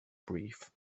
brief